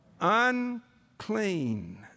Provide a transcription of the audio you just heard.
Unclean